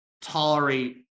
tolerate